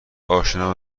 اشنا